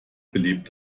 belebt